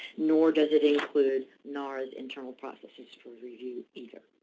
nor does it include nara's internal processes for review, either.